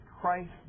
Christ